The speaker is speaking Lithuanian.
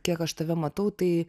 kiek aš tave matau tai